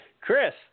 Chris